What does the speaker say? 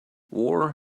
war